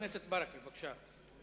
חבר הכנסת ברכה, בבקשה.